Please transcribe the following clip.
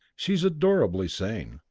she's adorably sane.